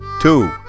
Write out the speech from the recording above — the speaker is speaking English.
Two